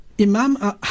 imam